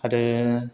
आरो